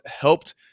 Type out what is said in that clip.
helped